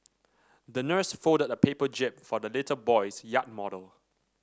the nurse folded a paper jib for the little boy's yacht model